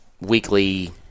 weekly